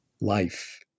life